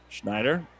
Schneider